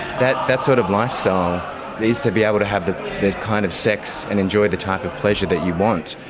that that sort of lifestyle is to be able to have the the kind of sex and enjoy the type of pleasure that you want.